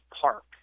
Park